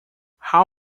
how